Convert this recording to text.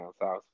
south